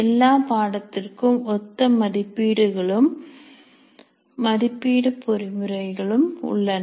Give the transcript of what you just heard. எல்லாம் பாடத்திற்கும் ஒத்த மதிப்பீடுகளும் மதிப்பீடு பொறிமுறைகள் உள்ளன